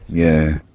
yeah.